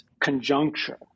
conjuncture